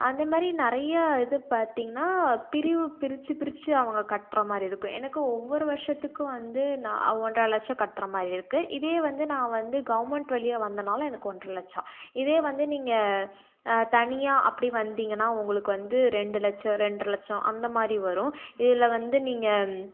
அதமாதிரி நிறையா இது பார்த்திங்கனா பிரிவு பிரிச்சு பிரிச்சு அவங்க கட்டுறமாரி இருக்கும் எனக்கு ஒவ்வொரு வருஷத்துக்கும் வந்து நான் ஒன்றை லட்சம் கட்டுறமாரி இருக்கு இதே வந்து நான் வந்து கவுர்மெண்ட் வழியா வந்தனால எனக்கு ஒன்றை லட்சம் இதே வந்து நீங்கள் தனியாக அப்படி வந்தீங்கன்னா உங்களுக்கு வந்து ரெண்டு லட்சம் ரெண்டர லட்சம் அந்தமாதிரி வரும் இதில் வந்து நீங்கள்